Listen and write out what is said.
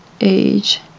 age